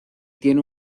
tiene